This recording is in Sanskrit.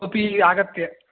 कोपि आगत्य